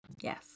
yes